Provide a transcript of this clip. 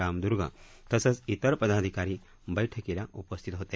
रामदूर्ग तसंच इतर पदाधिकारी बैठकीला उपस्थित होते